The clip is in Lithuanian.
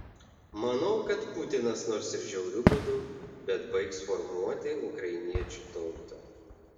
manau kad putinas nors ir žiauriu būdu bet baigs formuoti ukrainiečių tautą